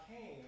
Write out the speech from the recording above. came